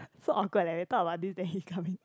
so awkward leh they talk about this then he's coming